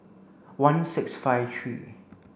one six five three